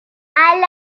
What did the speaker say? champion